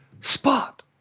spot